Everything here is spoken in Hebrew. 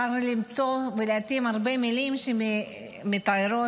אפשר למצוא ולהתאים הרבה מילים שמתארות